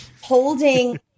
Holding